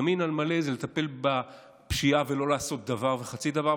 ימין על מלא זה לטפל בפשיעה ולא לעשות דבר וחצי דבר.